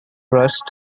rushed